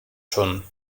schon